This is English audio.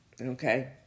Okay